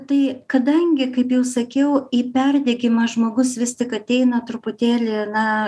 tai kadangi kaip jau sakiau į perdegimą žmogus vis tik ateina truputėlį na